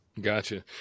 Gotcha